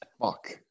Fuck